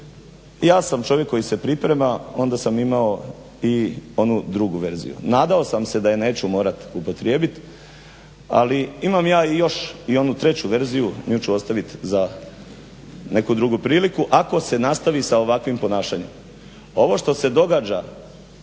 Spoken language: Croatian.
ja sam čovjek koji se priprema, onda sam imao i onu drugu verziju. Nadao sam se da je neću morati upotrijebiti ali imam ja i još i onu treću verziju, nju ću ostaviti za neku drugu priliku ako se nastavi sa ovakvim ponašanjem. Ovo što se događa